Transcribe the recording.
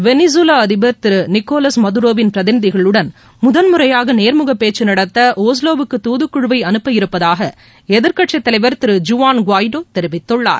வெளிசுலா அதிடர் திரு நிக்கோலஸ் மதுரோவின் பிரதிநிதிகளுடன் முதன்முறையாக நேர்முக பேச்சு நடத்த ஆஸ்லோவுக்கு துதுக்குழுவை அனுப்பவிருப்பதாக எதிர்க்கட்சி தலைவர் திரு ஜுவான் காய்டோ தெரிவித்துள்ளார்